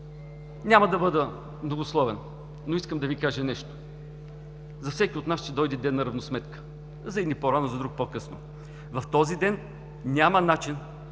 Няма да бъда многословен, но искам да Ви кажа, че за всеки от нас ще дойде ден на равносметка – за едни по-рано, за други по-късно. В този ден няма начин